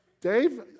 Dave